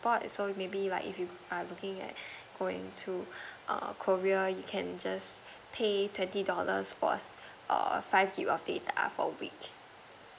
so maybe like if you are looking at going to err korea you can just pay thirty dollars for err five gig of data per week